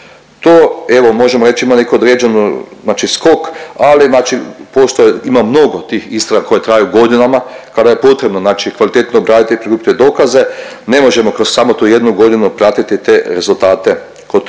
To evo možemo reći ima neku određenu znači skok ali znači pošto ima mnogo tih istraga koje traju godinama, kada je potrebno znači kvalitetno obraditi prikupljene dokaze, ne možemo kroz samo tu jednu godinu pratiti te rezultate kod u